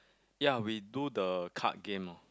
ya we do the card game loh